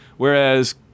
Whereas